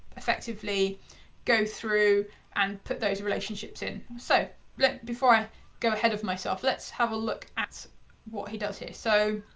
effectively go through and put those relationships in. so before i go ahead of myself, let's have a look at what he does here. so